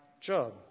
job